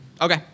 Okay